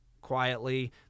quietly